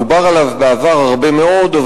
דובר עליו בעבר הרבה מאוד,